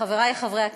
חברי חברי הכנסת,